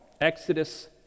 Exodus